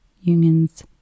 unions